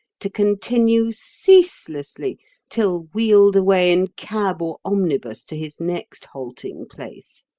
to continue ceaselessly till wheeled away in cab or omnibus to his next halting-place.